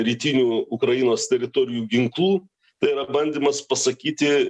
rytinių ukrainos teritorijų ginklų tai yra bandymas pasakyti